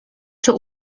czy